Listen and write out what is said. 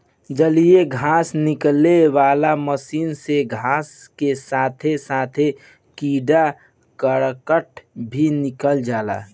जलीय घास निकाले वाला मशीन से घास के साथे साथे कूड़ा करकट भी निकल जाला